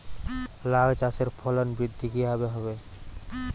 লাউ চাষের ফলন বৃদ্ধি কিভাবে হবে?